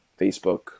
Facebook